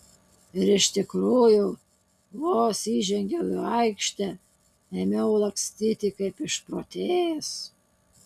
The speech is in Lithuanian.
ir iš tikrųjų vos įžengiau į aikštę ėmiau lakstyti kaip išprotėjęs